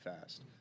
fast